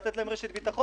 לתת להם רשת ביטחון,